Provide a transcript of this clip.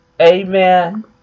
Amen